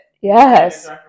Yes